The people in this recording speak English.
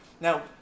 Now